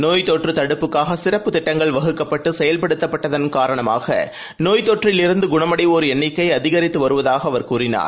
நோய் தொற்றுத் தடுப்புக்காக சிறப்பு திட்டங்கள் வகுக்கப்பட்டு செயல்படுத்தப்பட்டதன் காரணமாக நோய் தொற்றிலிருந்து குணமடைவோர் எண்ணிக்கை அதிகித்து வருவதாக அவர் கூறினார்